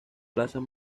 plazas